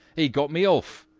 he got me off,